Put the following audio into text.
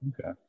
Okay